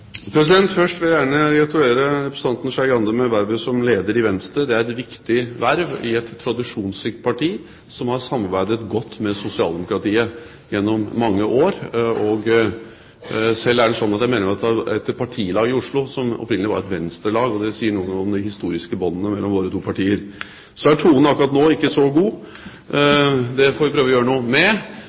Først vil jeg gjerne gratulere representanten Skei Grande med vervet som leder i Venstre. Det er et viktig verv i et tradisjonsrikt parti som har samarbeidet godt med sosialdemokratiet gjennom mange år. Selv mener jeg at det er et partilag i Oslo som opprinnelig var et Venstre-lag, og det sier noe om de historiske båndene mellom våre to partier. Så er tonen akkurat nå ikke så god, det får vi prøve å gjøre noe med,